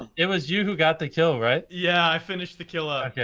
it was you who got the kill right? yeah i finished the kill ah yeah